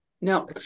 No